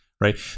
right